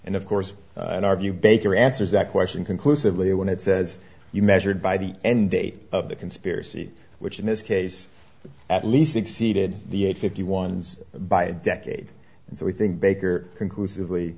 and of course in our view baker answers that question conclusively when it says you measured by the end date of the conspiracy which in this case at least exceeded the eight fifty ones by a decade and so i think baker conclusively